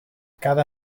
cada